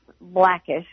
blackish